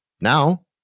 now